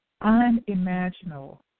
unimaginable